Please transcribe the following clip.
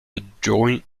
adjoint